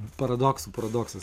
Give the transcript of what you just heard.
paradoksų paradoksas